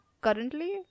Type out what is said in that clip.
Currently